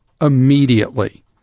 immediately